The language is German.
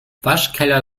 waschkeller